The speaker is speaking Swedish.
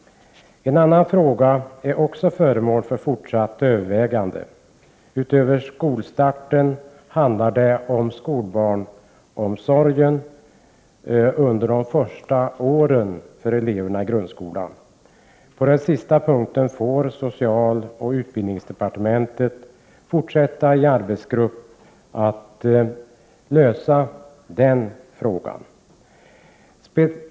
En annan fråga är också föremål för fortsatt övervägande. Utöver skolstarten handlar det om skolbarnsomsorgen under de första åren i grundskolan. Den frågan får socialoch utbildningsdepartementen fortsätta att försöka lösa i en arbetsgrupp.